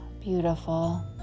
beautiful